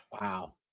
Wow